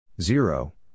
Zero